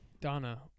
Donna